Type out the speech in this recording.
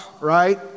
right